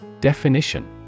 Definition